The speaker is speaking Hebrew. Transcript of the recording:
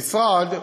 המשרד,